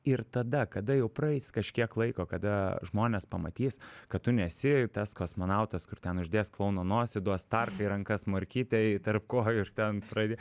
ir tada kada jau praeis kažkiek laiko kada žmonės pamatys kad tu nesi tas kosmonautas kur ten uždės klouno nosį duos tarką į rankas morkytę tarp kojų ir ten pradė